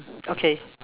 okay